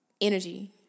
energy